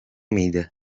mıydı